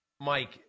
Mike